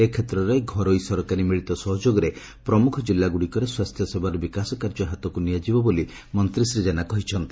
ଏ କ୍ଷେତ୍ରରେ ଘରୋଇ ସରକାରୀ ମିଳିତ ସହଯୋଗରେ ପ୍ରମୁଖ ଜିଲ୍ଲା ଗୁଡ଼ିକରେ ସ୍ୱାସ୍ଥ୍ୟସେବାର ବିକାଶ କାର୍ଯ୍ୟ ହାତକୁ ନିଆଯିବ ବୋଲି ମନ୍ତୀ ଶ୍ରୀ ଜେନା କହିଛନ୍ତି